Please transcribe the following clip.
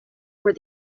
where